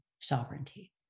sovereignty